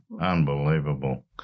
Unbelievable